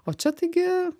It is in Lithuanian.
o čia taigi